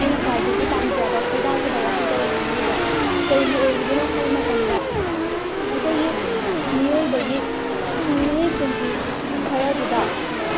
ꯑꯩꯅ ꯈꯋꯥꯏꯗꯒꯤ ꯄꯥꯝꯖꯕ ꯈꯣꯏꯗꯥꯖꯕ ꯋꯥꯍꯩ ꯄꯔꯦꯡ ꯑꯃꯅꯤꯀꯣ ꯀꯔꯤꯒꯤ ꯑꯣꯏꯔꯤꯕꯅꯣ ꯍꯥꯏꯕ ꯃꯇꯝꯗ ꯑꯩꯈꯣꯏꯒꯤ ꯃꯤꯑꯣꯏꯕꯒꯤ ꯍꯤꯡꯂꯤꯉꯩ ꯄꯨꯟꯁꯤ ꯈꯔꯗꯨꯗ